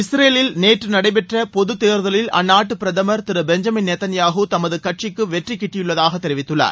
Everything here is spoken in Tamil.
இஸ்ரேலில் நேற்று நடைபெற்ற பொது தேர்தலில் அந்நாட்டு பிரதமர் திரு பெஞ்சமின் நேத்தன்யாகூ தமது கட்சிக்கு வெற்றி கிட்டியுள்ளதாக தெரிவித்துள்ளார்